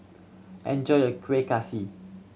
enjoy your Kueh Kaswi